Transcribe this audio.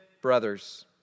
brothers